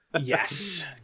Yes